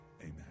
amen